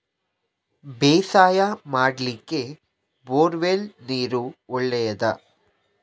ಬೇಸಾಯ ಮಾಡ್ಲಿಕ್ಕೆ bore well ನೀರು ಒಳ್ಳೆಯದಾ?